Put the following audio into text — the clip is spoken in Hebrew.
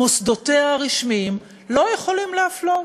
מוסדותיה הרשמיים לא יכולים להפלות.